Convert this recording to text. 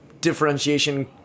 differentiation